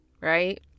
right